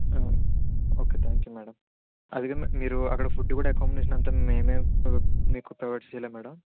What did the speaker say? okay thank you madam అది మీరు అక్కడ ఫుడ్ కూడా ఎకామిడేషన్ అంతా మేమే మీకు ప్రొవైడ్ చెయ్యాలా మేడం